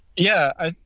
yeah,